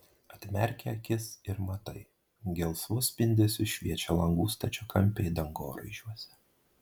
atmerki akis ir matai gelsvu spindesiu šviečia langų stačiakampiai dangoraižiuose